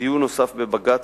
דיון נוסף בבג"ץ,